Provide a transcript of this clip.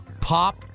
pop